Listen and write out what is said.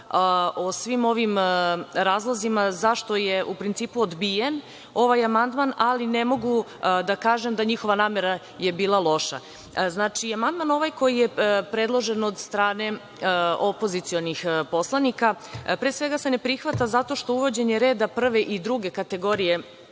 o svim ovim razlozima zašto je u principu odbijen ovaj amandman, ali ne mogu da kažem da je njihova namera bila loša. Znači, ovaj amandman koji je predložen od strane opozicionih poslanika pre svega se ne prihvata zato što uvođenje reda prve i druge kategorije